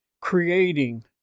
creating